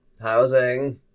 housing